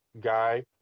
guy